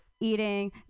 eating